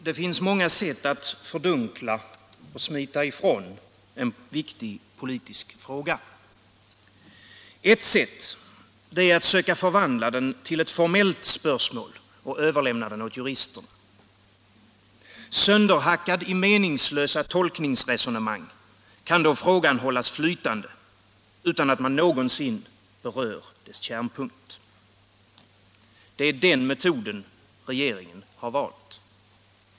Herr talman! Det finns många sätt att fördunkla och smita ifrån en viktig politisk fråga. Ett sätt är att söka förvandla den till ett formellt spörsmål och överlämna den till juristerna. Sönderhackad i meningslösa tolkningsresonemang kan då frågan hållas flytande utan att man någonsin berör dess kärnpunkt. Det är denna metod regeringen valt.